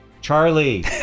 Charlie